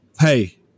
Hey